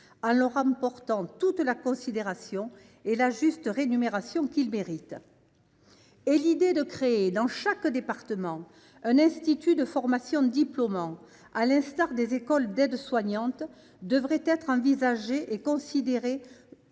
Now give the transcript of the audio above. en leur accordant la considération et la juste rémunération qu’ils méritent. Par ailleurs, l’idée de créer dans chaque département un institut de formation diplômante, sur le modèle des écoles d’aides soignants, devrait être envisagée et considérée